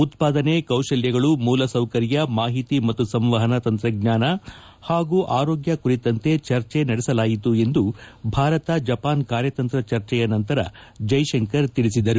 ಉತ್ಪಾದನೆ ಕೌಶಲ್ಯಗಳು ಮೂಲಸೌಕರ್ಯ ಮಾಹಿತಿ ಮತ್ತು ಸಂವಹನ ತಂತ್ರಜ್ಞಾನ ಹಾಗೂ ಆರೋಗ್ಯ ಕುರಿತಂತೆ ಚರ್ಚೆ ನಡೆಸಲಾಯಿತು ಎಂದು ಭಾರತ ಜಪಾನ್ ಕಾರ್ಯತಂತ್ರ ಚರ್ಚೆಯ ನಂತರ ಜೈಶಂಕರ್ ತಿಳಿಸಿದರು